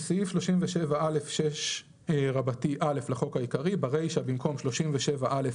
בסעיף 37א6(א) לחוק העיקרי, ברישה, במקום "37א4ב"